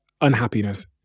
unhappiness